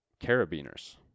carabiners